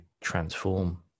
transform